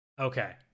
Okay